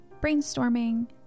brainstorming